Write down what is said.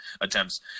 attempts